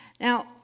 Now